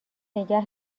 نگه